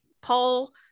Paul